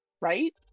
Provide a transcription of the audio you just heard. Right